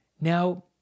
Now